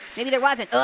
maybe there wasn't.